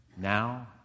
now